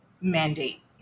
mandate